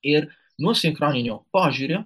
ir nu sinchroniniu požiūriu